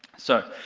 so,